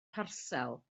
parsel